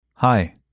Hi